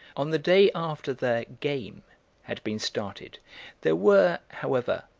on the day after the game had been started there were, however,